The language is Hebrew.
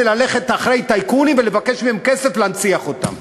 ללכת אחרי טייקונים ולבקש מהם כסף להנציח אותם.